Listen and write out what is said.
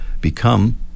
Become